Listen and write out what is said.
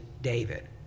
David